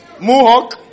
mohawk